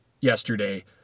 yesterday